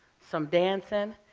some dancing.